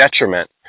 detriment